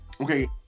okay